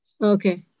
Okay